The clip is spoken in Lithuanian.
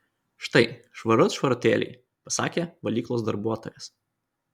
štai švarut švarutėlė pasakė valyklos darbuotojas